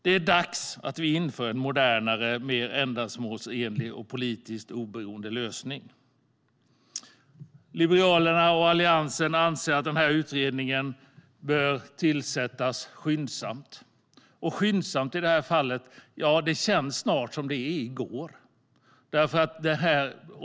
Det är dags att vi inför en modernare, mer ändamålsenlig och politiskt oberoende lösning. Liberalerna och Alliansen anser att utredningen bör tillsättas skyndsamt. "Skyndsamt" känns i det här fallet snart som "i går".